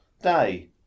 day